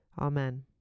Amen